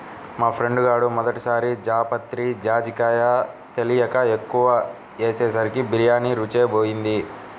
మా ఫ్రెండు గాడు మొదటి సారి జాపత్రి, జాజికాయ తెలియక ఎక్కువ ఏసేసరికి బిర్యానీ రుచే బోయింది